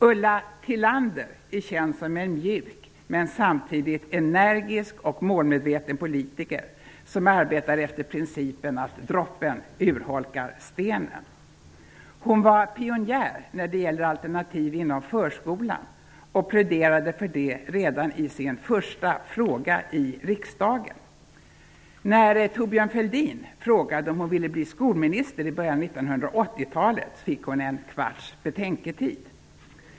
Ulla Tillander, är känd som en mjuk men samtidigt energisk och målmedveten politiker, som arbetar efter principen att droppen urholkar stenen. Hon var pionjär när det gäller alternativ inom förskolan och pläderade för det redan i sin första fråga i riksdagen. När Thorbjörn Fälldin frågade om hon ville bli skolminister i början av 1980-talet fick hon en kvarts betänketid.